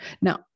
Now